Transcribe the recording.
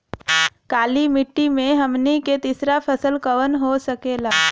काली मिट्टी में हमनी के तीसरा फसल कवन हो सकेला?